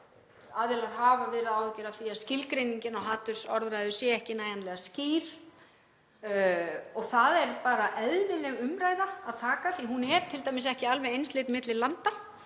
aðilar hafa viðrað áhyggjur af því að skilgreiningin á hatursorðræðu sé ekki nægjanlega skýr. Það er eðlileg umræða að taka því hún er t.d. ekki alveg einsleit milli landa.